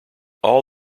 all